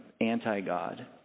anti-God